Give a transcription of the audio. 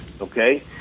okay